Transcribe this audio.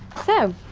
so,